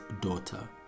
daughter